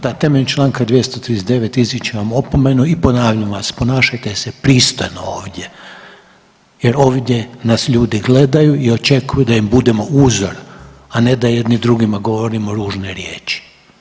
Da, temeljem čl. 239. izričem vam opomenu i ponavljam vam, ponašajte se pristojno ovdje jer ovdje nas ljudi gledaju i očekuju da im budemo uzor, a ne da jedni drugima govorimo ružne riječi.